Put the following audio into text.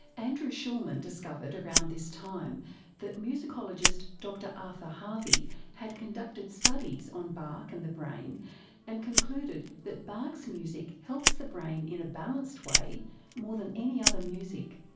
andrew schulman discovered around this time that musicologist dr arthur harvey had conducted studies on bach and the brain and concluded that bach's music helps the brain in a balanced way more than any other music.